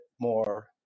more